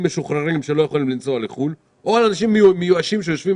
משוחררים שלא יכולים לנסוע לחו"ל או אנשים מיואשים שיושבים